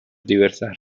diversas